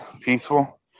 peaceful